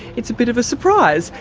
it's a bit of a surprise.